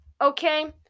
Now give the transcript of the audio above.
Okay